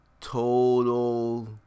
total